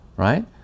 Right